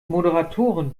moderatoren